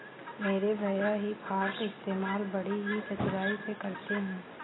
मेरे भैया हे फार्क इस्तेमाल बड़ी ही चतुराई से करते हैं